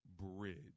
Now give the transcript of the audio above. bridge